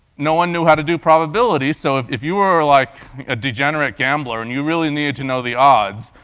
no one knew how to do probabilities, so if if you were like a degenerate gambler and you really needed to know the odds,